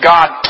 God